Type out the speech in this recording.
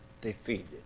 defeated